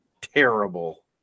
terrible